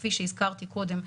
כפי שהזכרתי קודם,